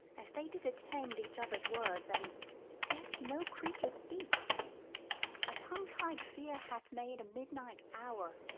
as they did attend each other's words, and yet no creature speaks a tongue-tied fear hath made a midnight hour,